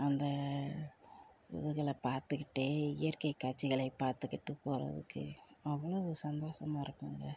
அந்த இதுகளை பார்த்துக்கிட்டே இயற்கை காட்சிகளை பார்த்துகிட்டு போகிறதுக்கு அவ்வுளவு சந்தோஷமா இருக்குங்க